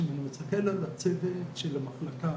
כשאני מסתכל על הצוות של המחלקה,